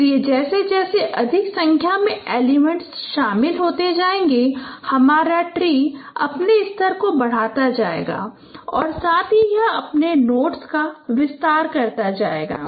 इसलिए जैसे जैसे अधिक संख्या में एलिमेंट्स शामिल होते जाएंगे हमारा ट्री अपने स्तर को बढ़ाता जाएगा और साथ ही यह अपने नोड्स का विस्तार करता जाएगा